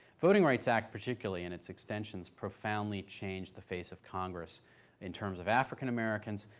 voting rights act particularly in its extensions profoundly changed the face of congress in terms of african americans,